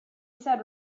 said